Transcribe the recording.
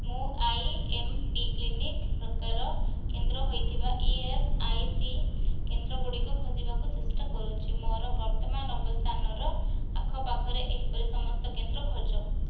ମୁଁ I M P clinic ପ୍ରକାର କେନ୍ଦ୍ର ହୋଇଥିବା ଇ ଏସ୍ ଆଇ ସି କେନ୍ଦ୍ର ଗୁଡ଼ିକ ଖୋଜିବାକୁ ଚେଷ୍ଟା କରୁଛି ମୋର ବର୍ତ୍ତମାନ ଅବସ୍ଥାନର ଆଖପାଖରେ ଏହିପରି ସମସ୍ତ କେନ୍ଦ୍ର ଖୋଜ